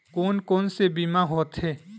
कोन कोन से बीमा होथे?